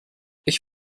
ich